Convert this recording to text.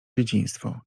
dzieciństwo